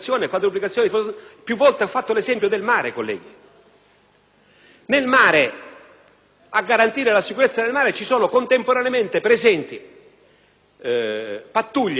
del mare: a garantire la sicurezza nel mare sono contemporaneamente presenti pattuglie della Polizia di Stato, dell'Arma dei carabinieri,